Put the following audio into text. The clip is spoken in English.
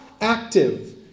active